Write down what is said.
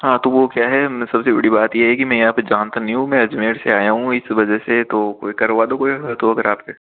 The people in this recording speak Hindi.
हाँ तो वो क्या है सबसे बड़ी बात यह है कि मैं यहाँ पे जानता नहीं हूँ मैं अजमेर से आया हूँ इस वजह से तो कोई करवा दो कोई तो अगर है आपके